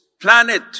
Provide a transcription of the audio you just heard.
planet